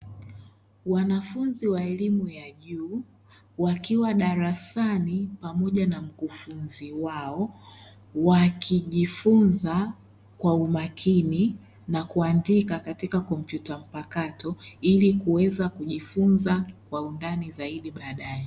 Wanafunzi wa elimu ya juu, wakiwa darasani pamoja na mkufunzi wao, wakijifunza kwa umakini, na kuandika katika kompyuta mpakato , ili kuweza kujifunza kwa undani zaidi baadae.